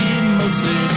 mostly